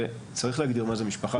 שצריך להגדיר מה זה משפחה,